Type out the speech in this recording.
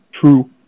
true